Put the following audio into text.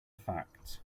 facts